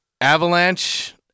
Avalanche